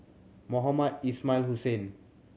Mohamed Ismail Hussain